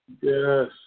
Yes